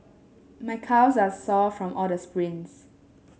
my calves are sore from all the sprints